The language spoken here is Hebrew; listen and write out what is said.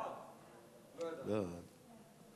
אה, לא ידעתי.